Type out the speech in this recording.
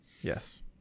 yes